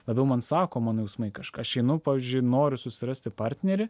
labiau man sako mano jausmai kažką aš einu pavyzdžiui noriu susirasti partnerį